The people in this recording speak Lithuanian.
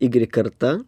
igrik karta